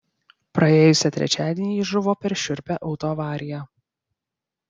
praėjusį trečiadienį ji žuvo per šiurpią autoavariją